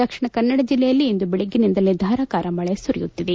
ದಕ್ಷಿಣ ಕನ್ನಡ ಜಿಲ್ಲೆಯಲ್ಲಿ ಇಂದು ಬೆಳಗ್ಗಿನಿಂದಲೇ ಧಾರಾಕಾರ ಮಳೆ ಸುರಿಯುತ್ತಿದೆ